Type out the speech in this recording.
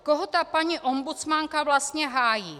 Koho ta paní ombudsmanka vlastně hájí?